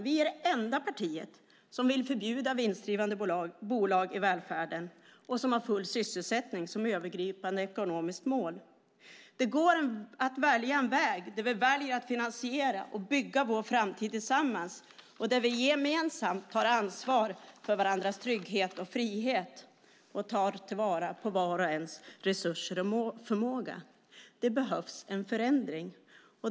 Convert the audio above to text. Vi är det enda parti som vill förbjuda vinstdrivande bolag i välfärden och som har full sysselsättning som övergripande ekonomiskt mål. Det går att välja en väg där vi finansierar och bygger vår framtid tillsammans och där vi gemensamt tar ansvar för varandras trygget och frihet och tar vara på vars och ens resurser och förmåga. Det behövs en förändring.